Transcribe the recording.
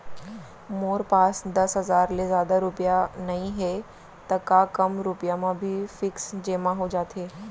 मोर पास दस हजार ले जादा रुपिया नइहे त का कम रुपिया म भी फिक्स जेमा हो जाथे?